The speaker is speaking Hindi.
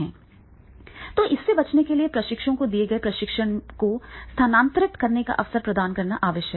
तो इससे बचने के लिए प्रशिक्षु को दिए गए प्रशिक्षण को स्थानांतरित करने का अवसर प्रदान करना आवश्यक हो जाता है